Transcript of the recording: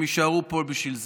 הם יישארו פה בשביל זה.